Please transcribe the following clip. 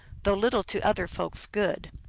though little to other folks good.